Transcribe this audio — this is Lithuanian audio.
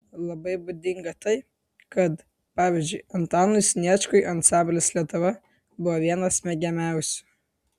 labai būdinga tai kad pavyzdžiui antanui sniečkui ansamblis lietuva buvo vienas mėgiamiausių